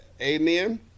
Amen